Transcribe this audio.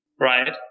right